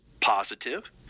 positive